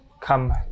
come